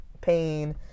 pain